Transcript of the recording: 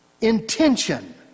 intention